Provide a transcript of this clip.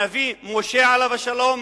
הנביא משה עליו השלום,